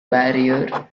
barrier